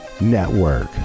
Network